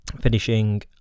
finishing